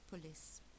police